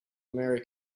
america